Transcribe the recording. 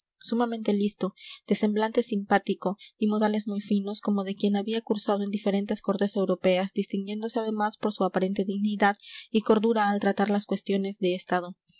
sumamente listo de semblante simpático y modales muy finos como de quien había cursado en diferentes cortes europeas distinguiéndose además por su aparente dignidad y cordura al tratar las cuestiones de estado